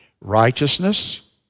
righteousness